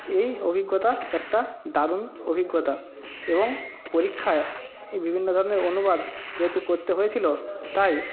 এই অভিজ্ঞতা একটা দারুণ অভিজ্ঞতা এবং পরীক্ষায় এই বিভিন্ন ধরনের অনুবাদ যেহেতু করতে হয়েছিলো তাই